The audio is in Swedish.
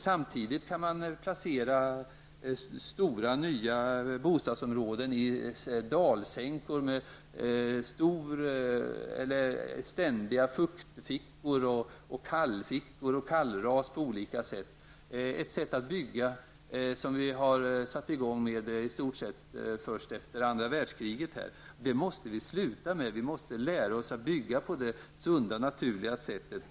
Samtidigt kan man placera stora nya bostadsområden i dalsänkor med ständiga fuktfickor, kallfickor och kallras. Det är ett sätt att bygga som vi i stort sett satt igång med efter andra världskriget. Det måste vi sluta med. Vi måste lära oss att bygga på det sunda och naturliga sättet.